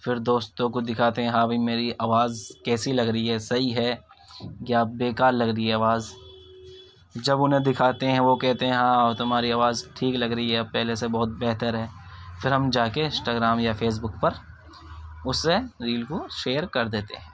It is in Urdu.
پھر دوستوں کو دکھاتے ہیں ہاں بھائی میری آواز کیسی لگ رہی ہے صحیح ہے یا بیکار لگ رہی ہے آواز جب انہیں دکھاتے ہیں وہ کہتے ہیں ہاں تمہاری آواز ٹھیک لگ رہی ہے پہلے سے بہت بہتر ہے پھر ہم جا کے انسٹا گرام یا فیس بک پر اسے ریل کو شیئر کر دیتے ہیں